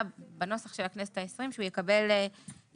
בנוסח שהיה בכנסת ה-20 נאמר שהוא יקבל השתתפות